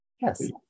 Yes